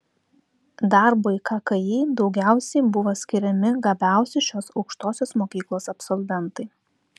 darbui kki daugiausiai buvo skiriami gabiausi šios aukštosios mokyklos absolventai